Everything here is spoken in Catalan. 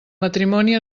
matrimoni